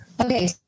Okay